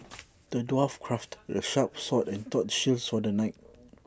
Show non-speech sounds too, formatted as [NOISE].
[NOISE] the dwarf crafted A sharp sword and A tough shield saw the knight